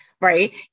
Right